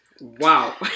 Wow